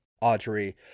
Audrey